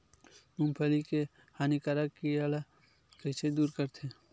मूंगफली के हानिकारक कीट ला कइसे दूर करथे?